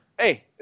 hey